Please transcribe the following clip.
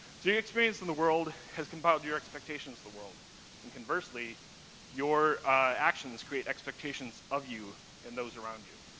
so your experience in the world has compiled your expectations of the world and conversely your actions create expectations of you in those around you.